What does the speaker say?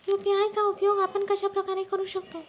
UPI चा उपयोग आपण कशाप्रकारे करु शकतो?